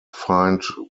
find